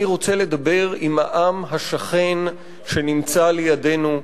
אני רוצה לדבר עם העם השכן שנמצא לידנו,